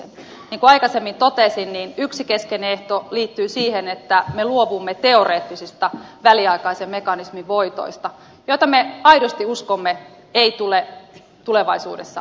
niin kuin aikaisemmin totesin yksi keskeinen ehto liittyy siihen että me luovumme teoreettisista väliaikaisen mekanismin voitoista joita me aidosti uskomme ei tule tulevaisuudessa olemaan